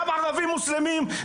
גם ערבים מוסלמים,